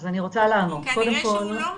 כי כנראה שהוא לא מדהים.